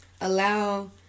allow